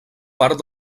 part